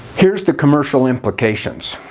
here's the commercial implications.